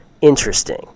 Interesting